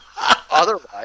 otherwise